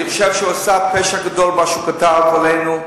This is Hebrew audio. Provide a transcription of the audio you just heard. אני חושב שהוא עשה פשע גדול במה שהוא כתב עלינו,